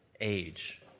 age